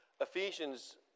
Ephesians